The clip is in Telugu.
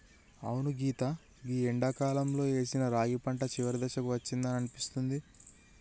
అవును సీత గీ ఎండాకాలంలో ఏసిన రాగి పంట చివరి దశకు అచ్చిందని అనిపిస్తుంది